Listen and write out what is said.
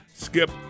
Skip